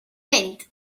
mynd